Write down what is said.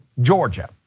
Georgia